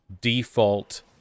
default